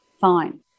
fine